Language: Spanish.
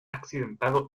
accidentado